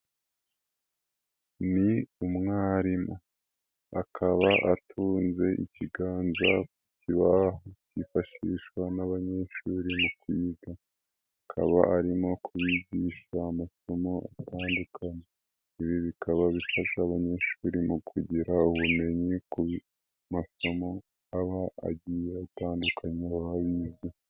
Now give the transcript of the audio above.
Ni umwarimu akaba atunze ikiganza iwabo kifashishwa n'abanyeshuri mu kwiga, akaba arimo kubigisha amasomo atandukanye. Ibi bikaba bifasha abanyeshuri mu kugira ubumenyi ku masomo haba agiye gutandukanye baba bize.